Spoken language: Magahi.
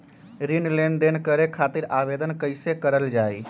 ऋण लेनदेन करे खातीर आवेदन कइसे करल जाई?